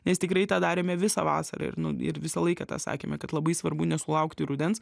nes tikrai tą darėme visą vasarą ir ir visą laiką tą sakėme kad labai svarbu nesulaukti rudens